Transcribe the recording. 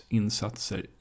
insatser